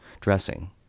dressing